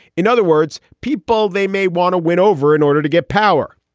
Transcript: in other words, people they may want to win over in order to get power.